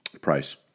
price